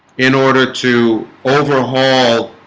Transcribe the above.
in order to overhaul